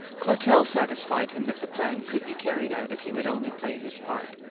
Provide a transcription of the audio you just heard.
clotel satisfied him that the plan could be carried out if he would only play his part.